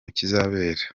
kizabera